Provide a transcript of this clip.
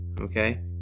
okay